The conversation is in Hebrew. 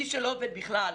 מי שלא עובד בכלל,